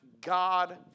God